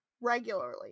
Regularly